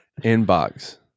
inbox